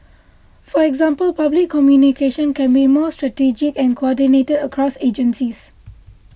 for example public communication can be more strategic and coordinated across agencies